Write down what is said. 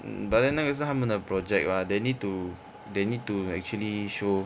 mm but then 那个是他们的 project mah they need to they need to actually show